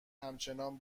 همچنان